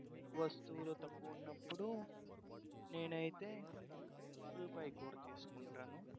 వస్తువులు తక్కువ ఉన్నప్పుడు నేనైతే ఉల్లిపాయ కూర చేసుకుంటాను